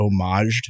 homaged